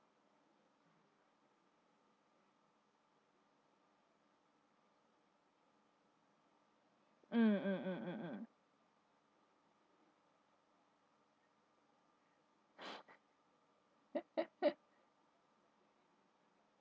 mm mm mm mm mm